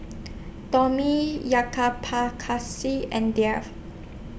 Tomi Jayaprakash and Dev